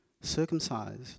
circumcised